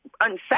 unsafe